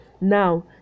Now